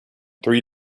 three